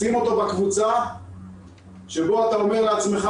שים אותו בקבוצה שבה אתה אומר לעצמך,